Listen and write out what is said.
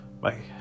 Bye